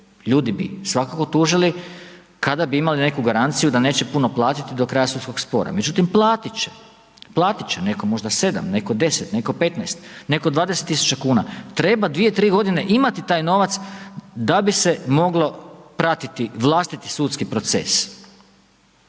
ljudi bi svakako tužili kada bi imali neku garanciju da neće puno platiti do kraja sudskog spora. Međutim platiti će, platiti će, netko možda 7, netko 10, netko 15, netko 20 tisuća kuna. Treba 2, 3 godine imati taj novac da bi se moglo pratiti vlastiti sudski proces.